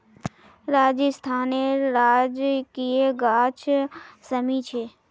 राजस्थानेर राजकीय गाछ शमी छे